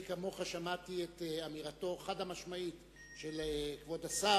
אני כמוך שמעתי את אמירתו החד-משמעית של כבוד השר.